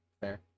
fair